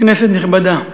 נכבדה,